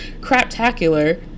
craptacular